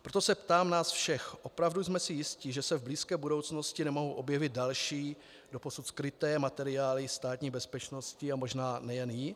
Proto se ptám nás všech: Opravdu jsme si jisti, že se v blízké budoucnosti nemohou objevit další, doposud skryté materiály Státní bezpečnosti a možná nejen jí?